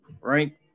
right